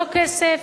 לא כסף,